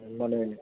মানে